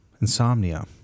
insomnia